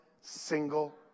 single